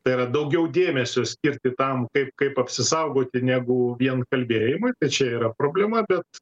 tai yra daugiau dėmesio skirti tam kaip kaip apsisaugoti negu vien kalbėjimui tai čia yra problema bet